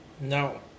No